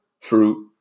Fruit